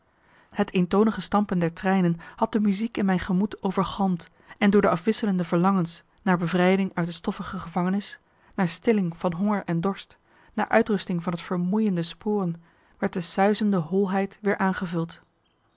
het eentonige stampen der treinen had de muziek in mijn gemoed overgalmd en door de afwisselende verlangens naar bevrijding uit de stoffige gevangenis naar stilling van honger en dorst naar uitrusting van het vermoeiende sporen werd de suizende holleid weer aangevuld